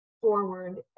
forward